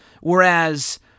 Whereas